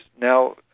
now